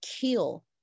kill